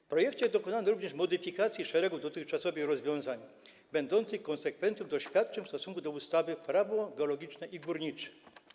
W projekcie dokonano również modyfikacji szeregu dotychczasowych rozwiązań będących konsekwencją doświadczeń w stosunku do ustawy Prawo geologiczne i górnicze.